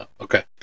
Okay